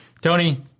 Tony